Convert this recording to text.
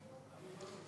ההצעה להעביר את